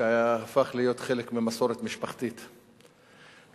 הגישה שהתאפשרה לפלסטינים כדי להושיט סיוע